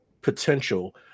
potential